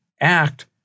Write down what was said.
act